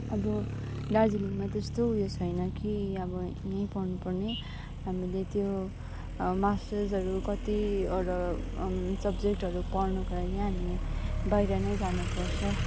अब दार्जिलिङमा त्यस्तो उयो छैन कि अब यहीँ पढ्नु पर्ने हामीले त्यो मास्टर्सहरू कतिवटा सब्जेक्टहरू पढ्नका लागि हामी बाहिर नै जान पर्छ